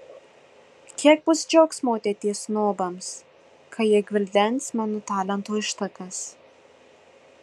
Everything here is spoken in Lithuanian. kiek bus džiaugsmo ateities snobams kai jie gvildens mano talento ištakas